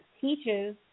teaches